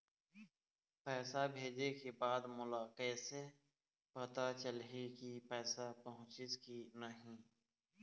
पैसा भेजे के बाद मोला कैसे पता चलही की पैसा पहुंचिस कि नहीं?